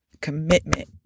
Commitment